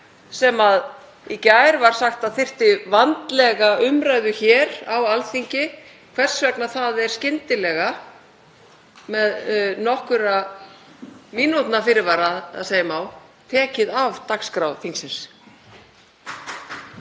sem í gær var sagt að þyrfti vandlega umræðu hér á Alþingi, er skyndilega, með nokkurra mínútna fyrirvara að segja má, tekið af dagskrá þingsins?